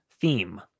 theme